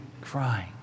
crying